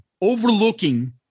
overlooking